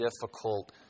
difficult